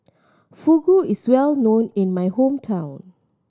fugu is well known in my hometown